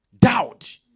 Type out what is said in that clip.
doubt